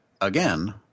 again